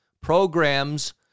programs